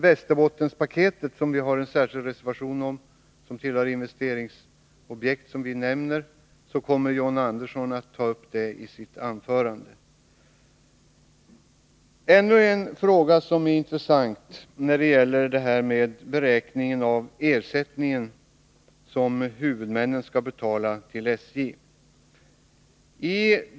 Västerbottenpaketet — som vi har en särskild reservation om och som tillhör de investeringsobjekt som vi nämner — kommer John Andersson att beröra i sitt anförande. En annan intressant fråga är beräkningen av den ersättning som huvudmännen skall betala till SJ.